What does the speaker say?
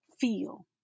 feel